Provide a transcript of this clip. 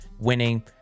winning –